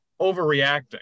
overreacting